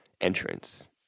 entrance